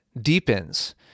deepens